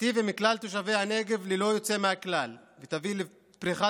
ייטיבו עם כלל תושבי הנגב ללא יוצא מהכלל ויביאו לפריחת